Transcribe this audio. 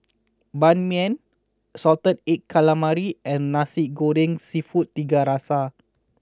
Ban Mian Salted Egg Calamari and Nasi Goreng Seafood Tiga Rasa